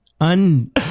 un